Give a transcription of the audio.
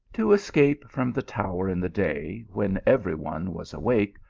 to escape from the tower in the day, when every one was awake,